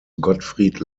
gottfried